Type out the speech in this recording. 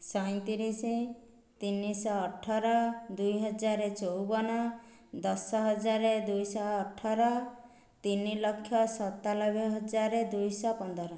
ସଇଁତିରିଶି ତିନିଶହ ଅଠର ଦୁଇ ହଜାର ଚଉବନ ଦଶ ହଜାର ଦୁଇଶହ ଅଠର ତିନିଲକ୍ଷ ସତାନବେ ହଜାର ଦୁଇଶହ ପନ୍ଦର